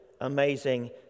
amazing